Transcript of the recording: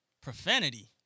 profanity